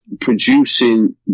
producing